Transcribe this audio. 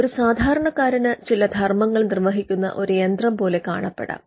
ഒരു സാധാരണക്കാരന് ചില ധർമ്മങ്ങൾ നിർവ്വഹിക്കുന്ന ഒരു യന്ത്രം പോലെ കാണപ്പെടാം